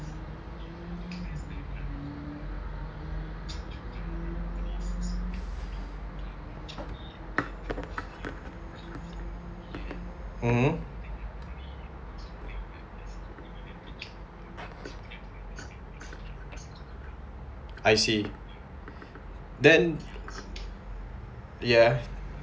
mmhmm I see then ya